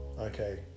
Okay